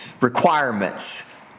requirements